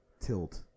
tilt